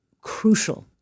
crucial